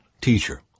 Teacher